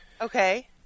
Okay